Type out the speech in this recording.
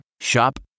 Shop